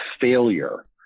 failure